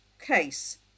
case